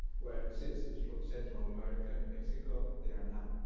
where citizens from central america, mexico, they are not.